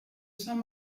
saint